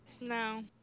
No